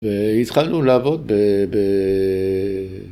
‫והתחלנו לעבוד ב...ב...